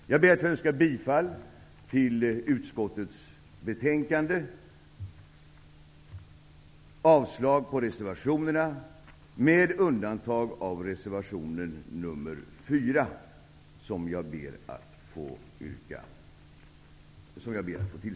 Jag ber att få yrka bifall till utskottets förslag i betänkandet och avslag på reservationerna, med undantag av reservation 4 som jag ber att få yrka bifall till.